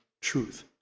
truth